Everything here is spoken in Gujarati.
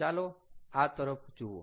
ચાલો આ તરફ જુઓ